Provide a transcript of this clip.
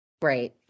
Great